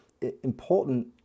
important